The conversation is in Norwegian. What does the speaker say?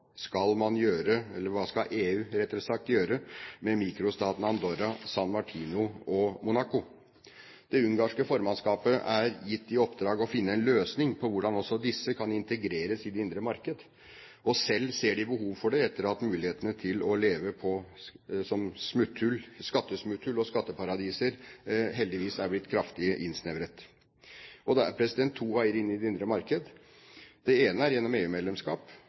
skal EU gjøre med mikrostatene Andorra, San Marino og Monaco? Det ungarske formannskapet er gitt i oppdrag å finne en løsning på hvordan også disse kan integreres i det indre marked. Selv ser de behov for det etter at mulighetene til å leve som skattesmutthull og skatteparadiser heldigvis er blitt kraftig innsnevret. Det er to veier inn i det indre marked. Det ene er gjennom